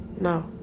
No